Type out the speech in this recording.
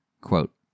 quote